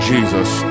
Jesus